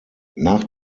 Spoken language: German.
nach